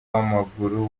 w’amaguru